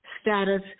status